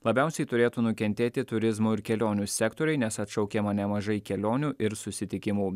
labiausiai turėtų nukentėti turizmo ir kelionių sektoriai nes atšaukiama nemažai kelionių ir susitikimų